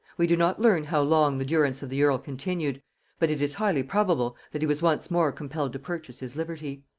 we do not learn how long the durance of the earl continued but it is highly probable that he was once more compelled to purchase his liberty.